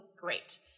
great